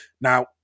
Now